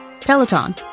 Peloton